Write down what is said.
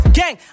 gang